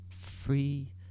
free